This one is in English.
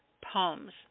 poems